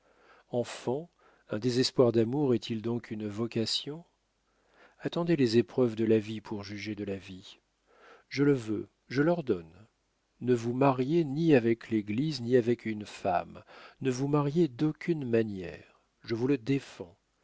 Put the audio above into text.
enfant un désespoir d'amour est-il donc une vocation attendez les épreuves de la vie pour juger de la vie je le veux je l'ordonne ne vous mariez ni avec l'église ni avec une femme ne vous mariez d'aucune manière je vous le défends